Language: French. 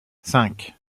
cinq